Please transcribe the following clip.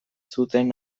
zuten